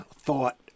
thought